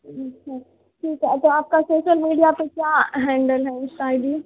अच्छा ठीक है तो आपका सोशल मीडिया पर क्या हैंडल है इस आई डी